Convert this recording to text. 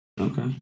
Okay